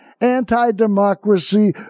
anti-democracy